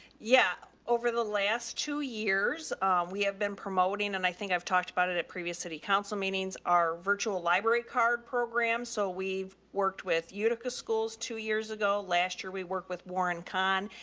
yeah, over the last two years we have been promoting, and i think i've talked about it at previous city council meetings are virtual library card program. so we've worked with utica schools two years ago. last year we worked with warren con.